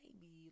baby